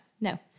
no